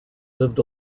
lived